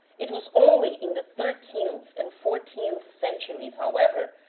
it was only in the thirteenth and fourteenth centuries, however,